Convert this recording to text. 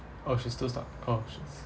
oh she's still stuck {oh] she's